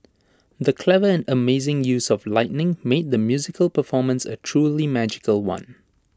the clever and amazing use of lighting made the musical performance A truly magical one